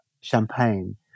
Champagne